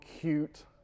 cute